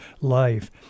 life